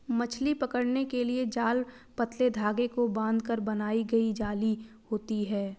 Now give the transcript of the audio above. मछली पकड़ने के जाल पतले धागे को बांधकर बनाई गई जाली होती हैं